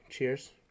Cheers